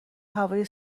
هوای